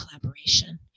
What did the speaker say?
collaboration